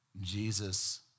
Jesus